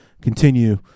continue